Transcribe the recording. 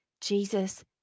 Jesus